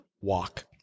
walk